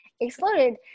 exploded